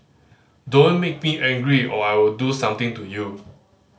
don't make me angry or I'll do something to you